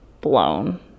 blown